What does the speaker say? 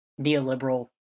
neoliberal